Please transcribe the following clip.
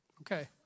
Okay